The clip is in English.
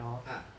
ah